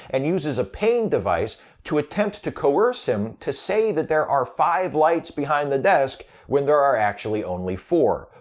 and uses a pain device to attempt to coerce him to say that there are five lights behind the desk when there are actually only four,